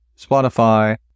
Spotify